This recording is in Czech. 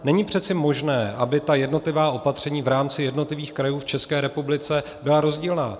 Není přece možné, aby jednotlivá opatření v rámci jednotlivých krajů v České republice byla rozdílná.